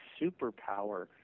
superpower